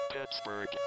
Pittsburgh